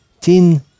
tin